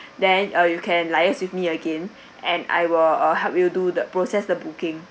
then uh you can liaise with me again and I will uh help you do the process the booking